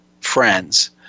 Friends